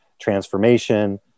transformation